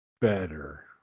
better